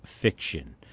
fiction